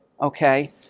okay